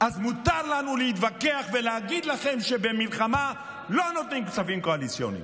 אז מותר לנו להתווכח ולהגיד לכם שבמלחמה לא נותנים כספים קואליציוניים.